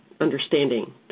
understanding